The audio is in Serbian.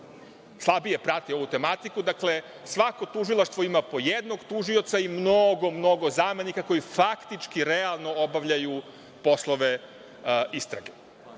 slabije prati ovu tematiku, dakle, svako tužilaštvo ima po jednog tužioca i mnogo, mnogo zamenika koji faktički realno obavljaju poslove istrage